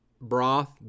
broth